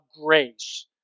grace